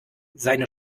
seine